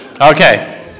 Okay